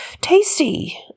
tasty